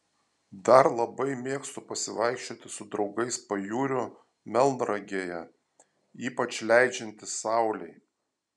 dar labai mėgstu pasivaikščioti su draugais pajūriu melnragėje ypač leidžiantis saulei